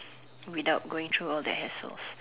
without going through all the hassle